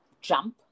jump